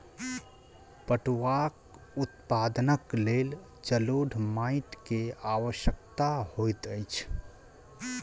पटुआक उत्पादनक लेल जलोढ़ माइट के आवश्यकता होइत अछि